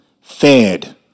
Fed